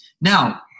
Now